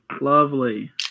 Lovely